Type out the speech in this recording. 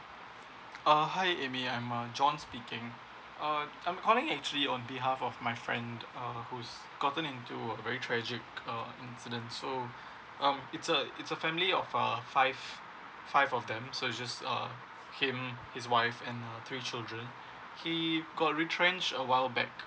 uh hi amy I'm john speaking uh I'm calling actually on behalf of my friend uh who's gotten into a very tragic um incident so um it's a it's a family of uh five five of them so it's just uh came his wife and three children he got retrench a while back